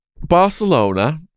Barcelona